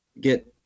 get